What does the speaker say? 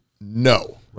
no